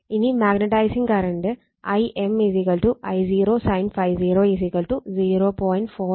ഇനി magnetising current Im I0 sin ∅0